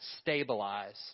stabilize